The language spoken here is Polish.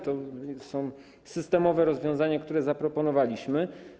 To są systemowe rozwiązania, które zaproponowaliśmy.